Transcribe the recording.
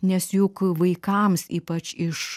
nes juk vaikams ypač iš